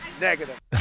negative